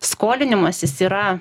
skolinimasis yra